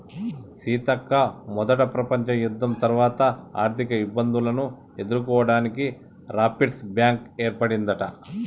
సీతక్క మొదట ప్రపంచ యుద్ధం తర్వాత ఆర్థిక ఇబ్బందులను ఎదుర్కోవడానికి రాపిర్స్ బ్యాంకు ఏర్పడిందట